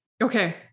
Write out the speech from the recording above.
Okay